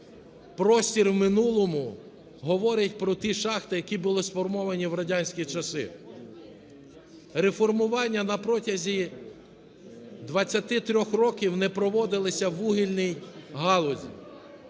простір в минулому, говорить про ті шахти, які були сформовані в радянські часи. Реформування на протязі 23 років не проводилося в вугільній галузі.